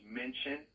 mention